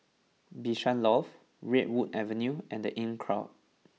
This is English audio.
Bishan Loft Redwood Avenue and The Inncrowd